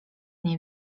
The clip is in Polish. nie